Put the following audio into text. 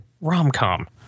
rom-com